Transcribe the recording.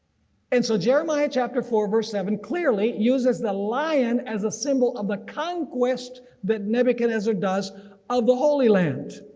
and so jeremiah chapter four verse seven clearly uses the lion as a symbol of the conquest but nebuchadnezzar does of the holy land,